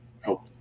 help